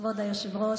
כבוד היושב-ראש,